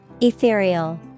Ethereal